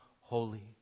holy